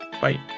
Bye